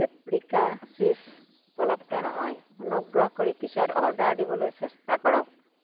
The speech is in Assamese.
পেপৰিকা চীজ উপলব্ধ নহয় অনুগ্ৰহ কৰি পিছত অৰ্ডাৰ দিবলৈ চেষ্টা কৰক